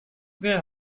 wer